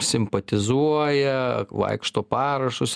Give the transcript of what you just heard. simpatizuoja vaikšto parašus